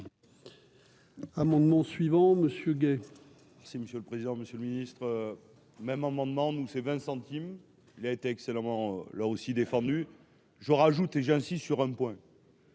Amendements suivant Monsieur. C'est monsieur le président, Monsieur le Ministre, même amendement nous c'est vingt centimes, il a été excellent moment là aussi défendu, je rajoute et j'insiste sur un point.